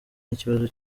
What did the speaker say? n’ikibazo